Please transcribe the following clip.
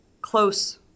close